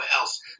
else